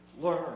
learn